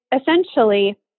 essentially